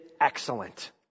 excellent